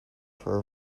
for